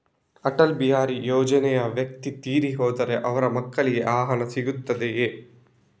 ಅಟಲ್ ಬಿಹಾರಿ ಯೋಜನೆಯ ವ್ಯಕ್ತಿ ತೀರಿ ಹೋದರೆ ಅವರ ಮಕ್ಕಳಿಗೆ ಆ ಹಣ ಸಿಗುತ್ತದೆಯೇ?